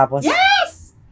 Yes